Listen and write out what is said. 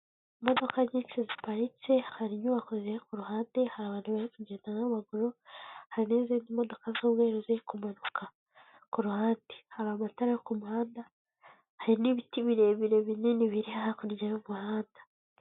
Imodoka nyinshi ziparitse, hari inyubako ziri ku ruhande, hari abantu bari kugenda n'amaguru, hari n'izindi imodoka z'umweru ziri kumanuka ku ruhande. Hari amatara yo ku muhanda, hari n'ibiti birebire binini biri hakurya y'umuhanda.